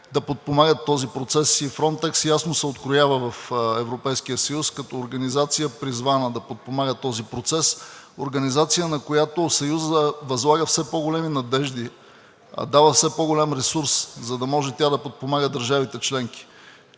да подпомагат този процес и „Фронтекс“ ясно се откроява в Европейския съюз като организация, призвана да подпомага този процес – организация, на която Съюзът възлага все по-големи надежди, дава все по-голям ресурс, за да може тя да подпомага държавите членки.